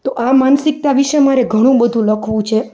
તો આ માનસિકતા વિષે મારે ઘણું બધું લખવું છે